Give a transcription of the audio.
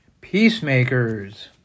Peacemakers